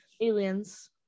aliens